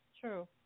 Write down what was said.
true